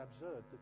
absurd